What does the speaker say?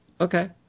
Okay